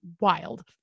wild